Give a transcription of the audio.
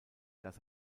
das